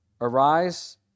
Arise